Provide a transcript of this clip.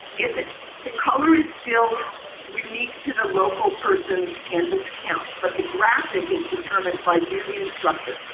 if it's the color is still unique to the local person's canvas account, but the graphic is determined by you, the instructor.